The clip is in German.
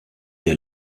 der